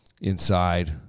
inside